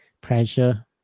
pressure